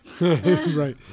Right